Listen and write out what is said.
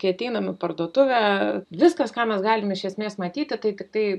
kai ateiname į parduotuvę viskas ką mes galim iš esmės matyti tai tik tai